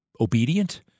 obedient